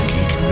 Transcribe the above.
Geek